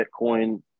Bitcoin